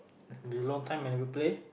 belong time I replay